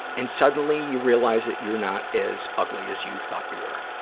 and suddenly you realize that you're not as ugly as you thought you were.